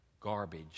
garbage